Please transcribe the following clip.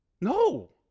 No